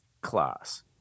class